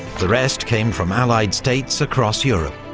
the rest came from allied states across europe.